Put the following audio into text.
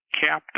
Captain